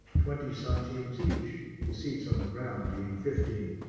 twenty centimes each, the seats on the ground being fifteen.